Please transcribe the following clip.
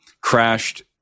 crashed